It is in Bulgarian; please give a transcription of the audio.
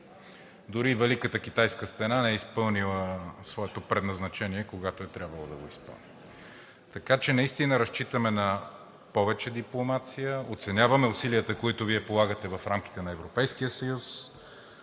Дори и Великата китайска стена не е изпълнила своето предназначение, когато е трябвало да го изпълни. Така че наистина разчитаме на повече дипломация. Оценяваме усилията, които Вие полагате в рамките на Европейския съюз.